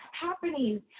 happening